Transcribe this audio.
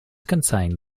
contain